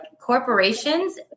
corporations